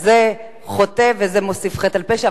אז זה חוטא וזה מוסיף חטא על פשע.